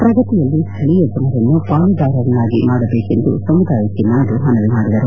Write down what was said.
ಪ್ರಗತಿಯಲ್ಲಿ ಸ್ಥಳೀಯ ಜನರನ್ನು ಪಾಲುದಾರರನ್ನಾಗಿ ಮಾಡಬೇಕೆಂದು ಸಮುದಾಯಕ್ಕೆ ನಾಯ್ಡು ಮನವಿ ಮಾಡಿದರು